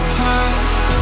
past